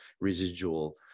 residual